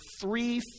three